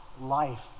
life